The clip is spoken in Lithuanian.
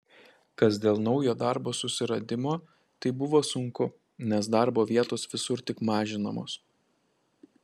kas dėl naujo darbo susiradimo tai buvo sunku nes darbo vietos visur tik mažinamos